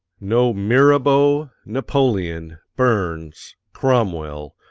no mirabeau, napoleon, burns, cromwell,